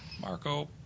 Marco